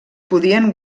podien